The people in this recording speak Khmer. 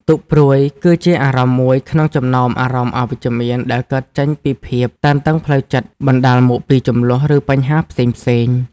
ទុក្ខព្រួយ គឺជាអារម្មណ៍មួយក្នុងចំណោមអារម្មណ៍អវិជ្ជមានដែលកើតចេញពីភាពតានតឹងផ្លូវចិត្ត បណ្ដាលមកពីជម្លោះ ឬបញ្ហាផ្សេងៗ។